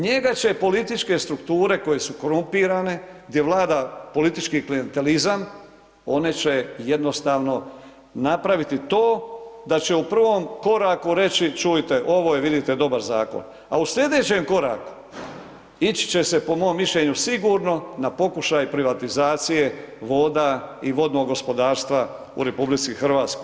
Njega će političke strukture koje su korumpirane gdje vlada politički klijentelizam one će jednostavno napraviti to da će u prvom koraku reći, čujte ovo je vidite dobar zakon, a u slijedećem koraku ići će se po mom mišljenju sigurno na pokušaj privatizacije voda i vodnog gospodarstva u RH.